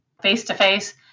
face-to-face